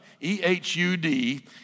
E-H-U-D